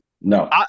No